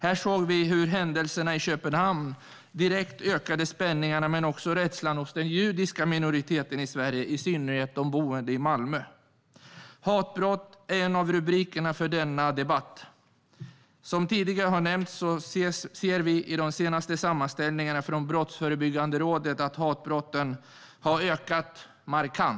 Här såg vi hur händelserna i Köpenhamn direkt ökade spänningarna men också rädslan hos den judiska minoriteten i Sverige, i synnerhet de boende i Malmö. Hatbrott är en av rubrikerna för denna debatt. Som tidigare har nämnts kan vi se i de senaste sammanställningarna från Brottsförebyggande rådet att hatbrotten har ökat markant.